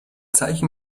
zeichen